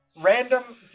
random